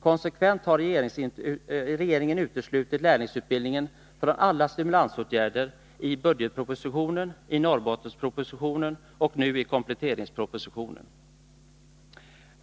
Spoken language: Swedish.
Konsekvent har regeringen uteslutit lärlingsutbildningen från alla stimulansåtgärder: i budgetpropositionen, i Norrbottenspropositionen och nu i kompletteringspropositionen.